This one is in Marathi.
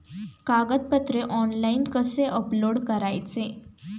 कागदपत्रे ऑनलाइन कसे अपलोड करायचे?